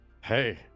Hey